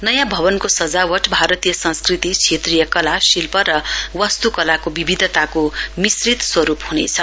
नयाँ भवनको सजावट भारतीय संस्कृति क्षेत्रीय कला शिल्प र वास्तुवलाको विविधिताको मिश्रित स्वरूप हुनेछ